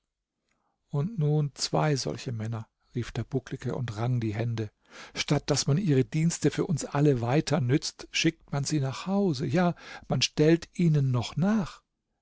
und nun zwei solche männer rief der bucklige und rang die hände statt daß man ihre dienste für uns alle weiter nützt schickt man sie nach hause ja man stellt ihnen noch nach